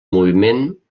moviment